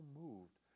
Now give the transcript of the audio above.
moved